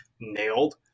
nailed